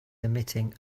emitting